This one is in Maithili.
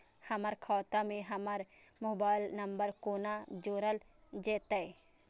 हमर खाता मे हमर मोबाइल नम्बर कोना जोरल जेतै?